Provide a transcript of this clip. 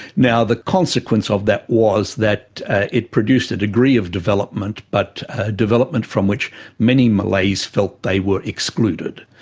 now, the consequence of that was that it produced a degree of development but ah development from which many malays felt that they were excluded,